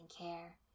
care